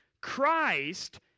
Christ